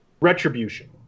retribution